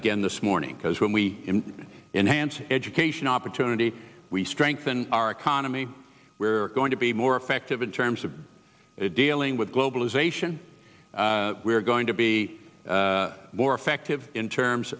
again this morning because when we enhanced education opportunity we strengthen our economy we're going to be more effective in terms of dealing with globalization we're going to be more effective in terms